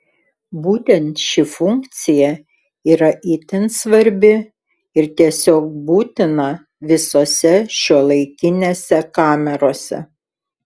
būtent ši funkcija yra itin svarbi ir tiesiog būtina visose šiuolaikinėse kamerose